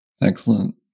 Excellent